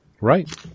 Right